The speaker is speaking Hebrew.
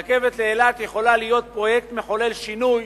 רכבת לאילת יכולה להיות פרויקט מחולל שינוי